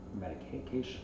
medication